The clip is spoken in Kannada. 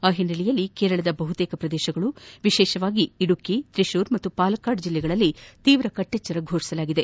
ಆ ಹಿನ್ನೆಲೆಯಲ್ಲಿ ಕೇರಳದ ಬಹುತೇಕ ಪ್ರದೇಶಗಳು ವಿಶೇಷವಾಗಿ ಇಡುಕ್ಕಿ ತ್ರಿಶೂರ್ ಮತ್ತು ಪಾಲಕ್ಕಾಡ್ ಜಿಲ್ಲೆಗಳಲ್ಲಿ ತೀವ್ರ ಕಟ್ಟೆಚ್ಚರ ಫೋಷಿಸಲಾಗಿದೆ